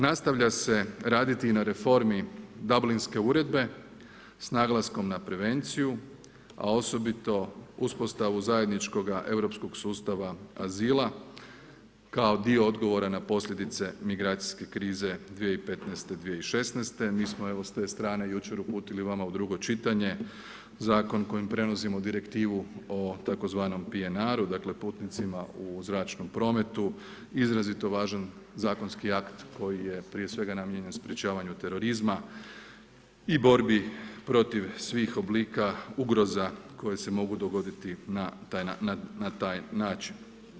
Nastavlja se raditi i na reformi Dablinske uredbe, s naglaskom na prevenciju, a osobito uspostavu zajedničkoga Europskog sustava azila kao dio odgovora na posljedice migracijske krize 2015./2016., mi smo evo s te strane jučer uputili vama u 2. čitanje zakon kojim prenosimo direktivu o tzv. PNR-u, dakle putnicima u zračnom prometu, izrazito važan zakonski akt koji je prije svega namijenjen sprječavanju terorizma i borbi protiv svih oblika ugroza koje se mogu dogoditi na taj način.